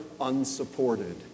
unsupported